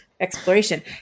Exploration